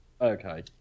Okay